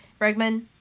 Bregman